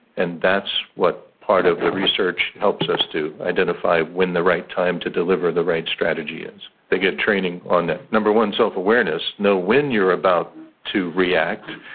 and that's what part of the research helps us to identify when the right time to deliver the right strategy is. they get training on that. number one, self-awareness. know when you're about to react,